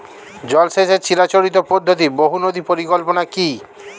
জল সেচের চিরাচরিত পদ্ধতি বহু নদী পরিকল্পনা কি?